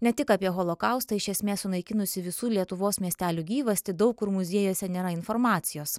ne tik apie holokaustą iš esmės sunaikinusį visų lietuvos miestelių gyvastį daug kur muziejuose nėra informacijos